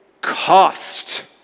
Cost